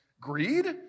greed